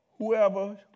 Whoever